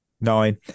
nine